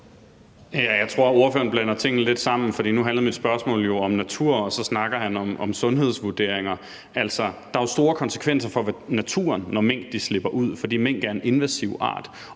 Jeg tror, at ordføreren blander tingene lidt sammen, for nu handler mit spørgsmål om natur, og så snakker han om sundhedsvurderinger. Der er jo store konsekvenser for naturen, når mink slipper ud, fordi mink er en invasiv art,